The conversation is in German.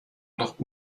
noch